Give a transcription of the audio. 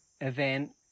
event